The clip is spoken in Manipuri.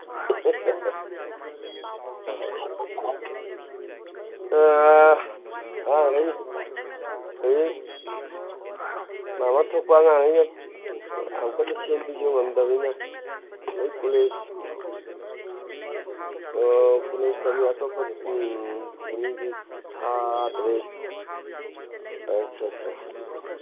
ꯑꯉꯥꯡꯈꯩ ꯃꯥ ꯃꯥ ꯊꯣꯛꯄ ꯑꯉꯥꯡꯒꯩꯅ ꯌꯥꯝ ꯀꯟꯅ ꯆꯦꯟꯕꯁꯨ ꯉꯝꯗꯕꯅꯤꯅ ꯂꯣꯏ ꯀꯣꯂꯦꯖ ꯀꯣꯂꯦꯖ ꯇꯝꯃꯤ ꯑꯇꯣꯞꯄ ꯑꯅꯤꯗꯤ ꯊꯥꯗ꯭ꯔꯦ ꯑꯁ ꯁ ꯁ